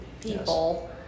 people